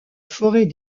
forêt